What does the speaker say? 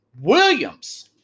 Williams –